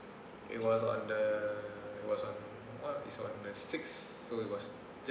it was on the it was on what it was on the sixth so it was